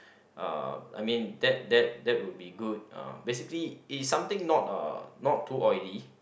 uh I mean that that that would be good uh basically eat something not uh not too oily